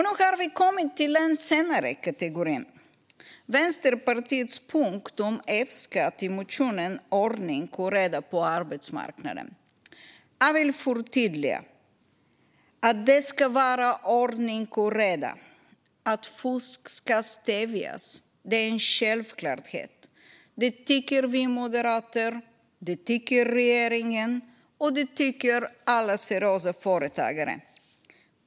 Nu har vi kommit till den senare kategorin, Vänsterpartiets punkt om F-skatt i motionen Ordning och reda på arbetsmarknaden . Jag vill förtydliga: Att det ska vara ordning och reda, och att fusk ska stävjas, är en självklarhet. Det tycker vi moderater, det tycker regeringen, och det tycker alla seriösa företagare.